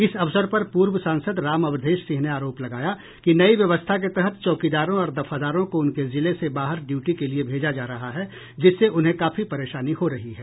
इस अवसर पर पूर्व सांसद राम अवधेश सिंह ने आरोप लगाया कि नई व्यवस्था के तहत चौकीदारों और दफादारों को उनके जिले से बाहर ड्यूटी के लिये भेजा जा रहा है जिससे उन्हें काफी परेशानी हो रही है